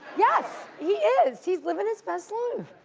yes. he is, he's livin' his best life.